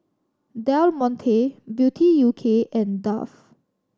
Del Monte Beauty U K and Dove